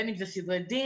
בין אם זה סדרי דין,